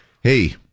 hey